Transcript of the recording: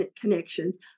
connections